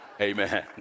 Amen